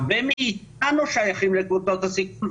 הרבה מאיתנו שייכים לקבוצות הסיכון,